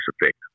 effect